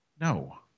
No